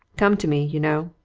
come to me, you know.